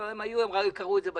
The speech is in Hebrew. לא, הם קראו את זה בעיתון.